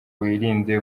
wirinde